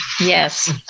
Yes